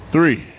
Three